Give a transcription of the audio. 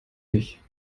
dich